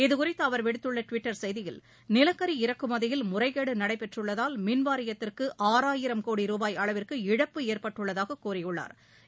இதுகுறித்து அவர் விடுத்துள்ள டுவிட்டர் செய்தியில் நிலக்கரி இறக்குமதியில் முறைகேடு நடைபெற்றுள்ளதால் மின்வாரியத்திற்கு ஆறாயிரம் கோடி ரூபாய் அளவிற்கு இழப்பு ஏற்பட்டுள்ளதாக கூறியுள்ளா்